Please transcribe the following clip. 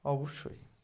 অবশ্যই